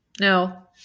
No